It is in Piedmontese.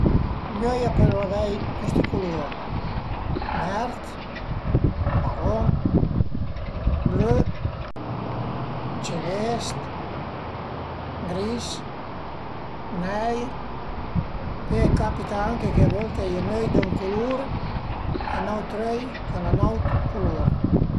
I öi a pölu avei custi culur: vert, maron, blö, celest, gris, neir, pöi a i capita anche che a volte a ie ün öi d'ën culur e ün autre öi ch'al a ün aut culur